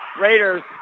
Raiders